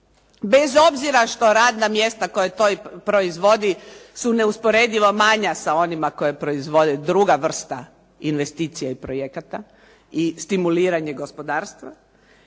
bez obzira što radna mjesta koja to proizvodi su neusporedivo manja s onima koja proizvode, druga vrsta investicije i projekata i stimuliranje gospodarstva,